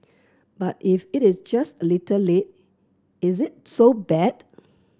but if it is just a little late is it so bad